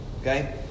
Okay